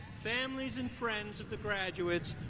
families and friends of the graduates,